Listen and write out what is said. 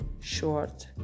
short